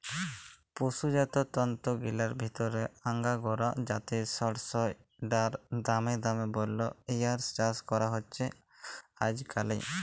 পসুজাত তন্তুগিলার ভিতরে আঙগোরা জাতিয় সড়সইড়ার দাম দমে বল্যে ইয়ার চাস করা হছে আইজকাইল